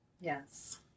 Yes